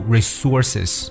Resources